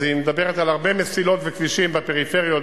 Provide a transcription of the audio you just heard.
אז היא מדברת על הרבה מסילות וכבישים בפריפריות,